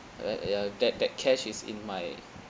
uh ya that that cash is in my